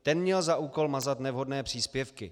Ten měl za úkol mazat nevhodné příspěvky.